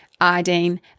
iodine